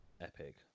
epic